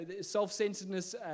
self-centeredness